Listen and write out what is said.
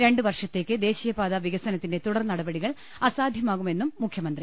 രണ്ട് വർഷത്തേക്ക് ദേശ്രീയപാതാ വികസനത്തിന്റെ തുടർനടപടികൾ അസാധ്യമാകുമെന്നും മുഖ്യമന്ത്രി